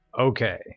Okay